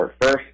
first